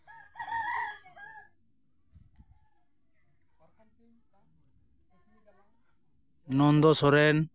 Nanda Soren